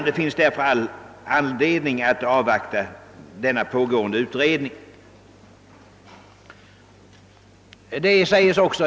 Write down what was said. Det finns därför all anledning att avvakta utredningens resultat.